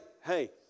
hey